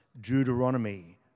Deuteronomy